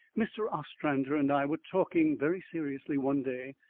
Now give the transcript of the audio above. mr. ostrander and i were talking very seriously one day.